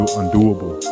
undoable